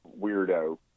weirdo